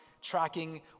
tracking